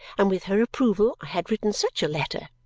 and with her approval i had written such a letter.